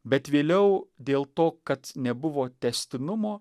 bet vėliau dėl to kad nebuvo tęstinumo